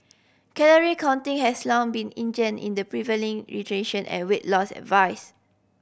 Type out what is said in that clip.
calorie counting has long been ingrain in the prevailing rejection and weight loss advice